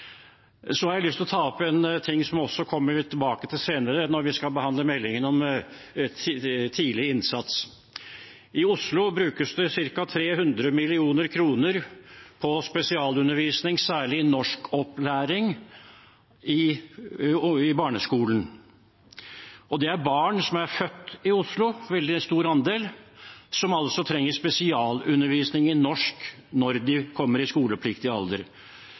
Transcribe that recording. Så har jeg lyst til å ta opp en ting som vi også kommer tilbake til senere når vi skal behandle meldingen om tidlig innsats. I Oslo brukes det ca. 300 mill. kr på spesialundervisning, særlig norskopplæring, i barneskolen. Det gjelder barn som er født i Oslo – en veldig stor andel av dem – som altså trenger spesialundervisning i norsk når de kommer i skolepliktig alder.